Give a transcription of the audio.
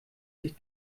sich